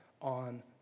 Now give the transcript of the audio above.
on